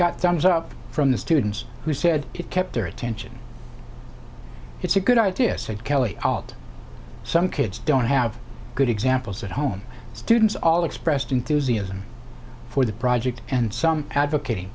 got thumbs up from the students who said it kept their attention it's a good idea said kelly alt some kids don't have good examples at home students all expressed enthusiasm for the project and some advocating